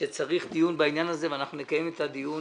שצריך דיון בעניין הזה ואנחנו נקיים את הדיון